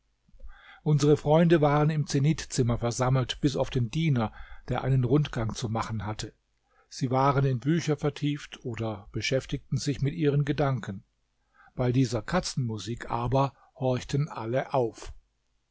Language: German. unsre freunde waren im zenithzimmer versammelt bis auf den diener der einen rundgang zu machen hatte sie waren in bücher vertieft oder beschäftigten sich mit ihren gedanken bei dieser katzenmusik aber horchten alle auf